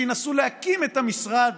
שינסו להקים את המשרד.